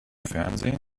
fernsehen